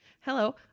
hello